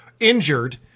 injured